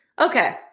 Okay